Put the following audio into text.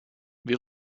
wir